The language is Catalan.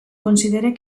considere